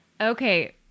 Okay